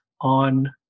on